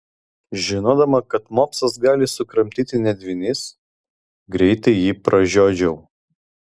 žinodama kad mopsas gali sukramtyti net vinis greitai jį pražiodžiau